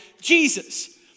Jesus